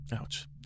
ouch